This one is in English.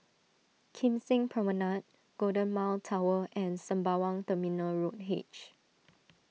Kim Seng Promenade Golden Mile Tower and Sembawang Terminal Road H